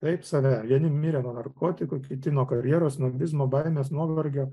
taip save vieni mirė nuo narkotikų kiti nuo karjeros snobizmo baimės nuovargio